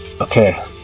Okay